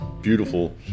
beautiful